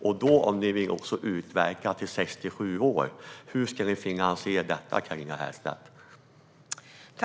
Om ni nu vill utöka stödet till 67 år, Carina Herrstedt, vore det ändå intressant att höra hur ni ska finansiera det.